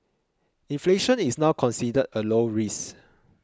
inflation is now considered a low risk